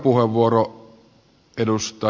herra puhemies